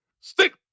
stick